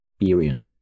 experience